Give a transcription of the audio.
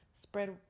spread